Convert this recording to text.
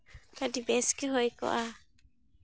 ᱟᱹᱰᱤ ᱵᱮᱥ ᱜᱮ ᱦᱩᱭ ᱠᱚᱜᱼᱟ